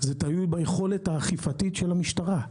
זה תלוי ביכולת האכיפתית של המשטרה,